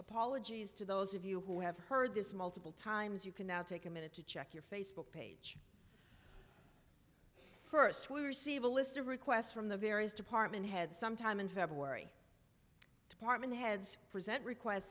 apologies to those of you who have heard this multiple times you can now take a minute to check your facebook page first we receive a list of requests from the various department heads sometime in february department heads present request